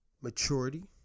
maturity